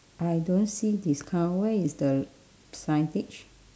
I don't see discount where is the signage